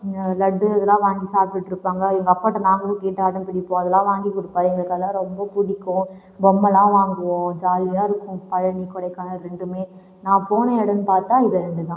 இங்கே லட்டு இதெலாம் வாங்கி சாப்பிட்டுட்டுருப்பாங்க எங்கள் அப்பாகிட்ட நாங்களும் கேட்டு அடம் பிடிப்போம் எல்லாம் வாங்கி கொடுப்பாரு எங்களுக்கு அதெலாம் ரொம்ப பிடிக்கும் பொம்மைலாம் வாங்குவோம் ஜாலியாக இருக்கும் பழனி கொடைக்கானல் இரண்டுமே நான் போன இடம்னு பார்த்த இது இரண்டு தான்